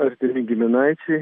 artimi giminaičiai